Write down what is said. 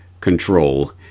control